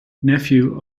nephew